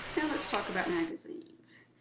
yeah let's talk about magazines.